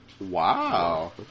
Wow